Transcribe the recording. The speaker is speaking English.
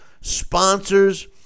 sponsors